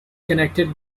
connected